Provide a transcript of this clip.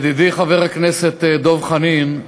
ידידי חבר הכנסת דב חנין,